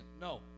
No